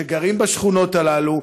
שגרים בשכונות האלה,